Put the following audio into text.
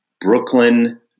Brooklyn